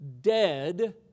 dead